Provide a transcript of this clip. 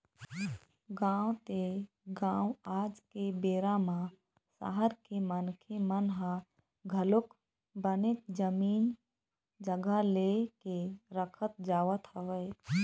गाँव ते गाँव आज के बेरा म सहर के मनखे मन ह घलोक बनेच जमीन जघा ले के रखत जावत हवय